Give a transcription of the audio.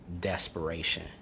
desperation